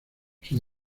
sus